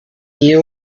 you